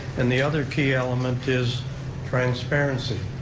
and the other key element is transparency,